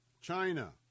China